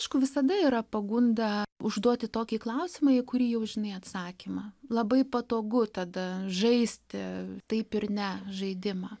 aišku visada yra pagunda užduoti tokį klausimą į kurį jau žinai atsakymą labai patogu tada žaisti taip ir ne žaidimą